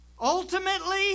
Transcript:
Ultimately